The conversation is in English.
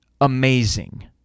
amazing